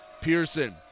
Pearson